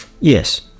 Yes